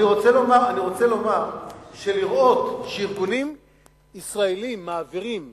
אני רוצה לומר שלראות שארגונים ישראליים מעבירים מידע,